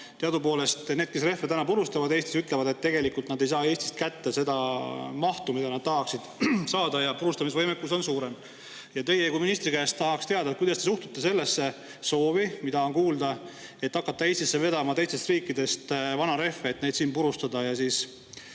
teadupoolest need, kes Eestis rehve purustavad, ütlevad, et tegelikult nad ei saa Eestist kätte seda mahtu, mida nad tahaksid saada, ja purustamisvõimekus on suurem. Teie kui ministri käest tahan teada, kuidas te suhtute sellesse soovi, mida on kuulda olnud, et [võiks] hakata vedama Eestisse teistest riikidest vanu rehve, et neid siin purustada ja siis